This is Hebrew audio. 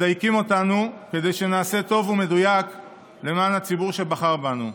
מדייקים אותנו כדי שנעשה טוב ומדויק למען הציבור שבחר בנו.